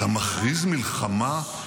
אתה מכריז מלחמה?